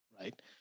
right